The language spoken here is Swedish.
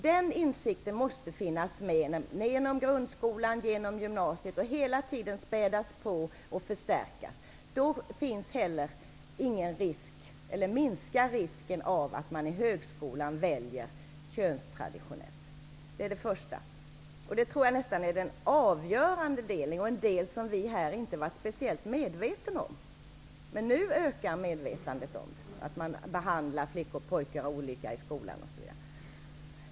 Den insikten måste finnas med genom grundskolan, genom gymnasiet och hela tiden spädas på och förstärkas. Då minskar risken av att man i högskolan väljer könstraditionellt. Det var det första. Det tror jag nästan är den avgörande delen och en del som vi här inte har varit speciellt medvetna om. Men nu ökar medvetandet om att flickor och pojkar behandlas olika i skolan.